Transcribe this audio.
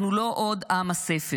אנחנו לא עוד עם הספר.